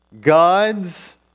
God's